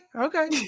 okay